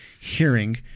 hearing